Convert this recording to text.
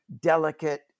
delicate